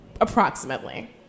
Approximately